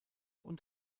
und